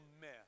mess